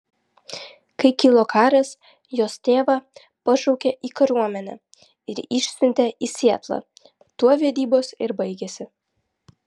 kai kilo karas jos tėvą pašaukė į kariuomenę ir išsiuntė į sietlą tuo vedybos ir baigėsi